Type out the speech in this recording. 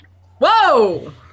Whoa